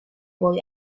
boy